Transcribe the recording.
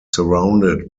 surrounded